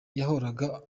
yahoraga